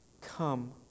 Come